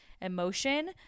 emotion